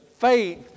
faith